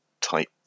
type